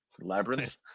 Labyrinth